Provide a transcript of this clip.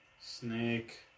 Snake